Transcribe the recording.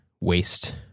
waste